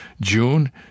June